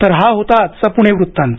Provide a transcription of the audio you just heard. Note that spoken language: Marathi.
तर हा होता आजचा पुणे वृत्तांत